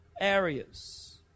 areas